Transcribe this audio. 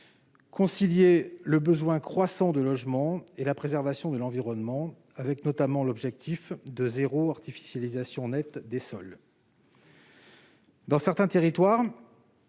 concilier le besoin croissant de logements et la préservation de l'environnement, notamment en respectant l'objectif de « zéro artificialisation nette » des sols. Dans certains territoires,